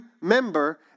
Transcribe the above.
member